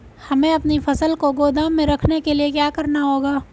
हमें अपनी फसल को गोदाम में रखने के लिये क्या करना होगा?